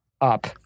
up